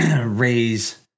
raise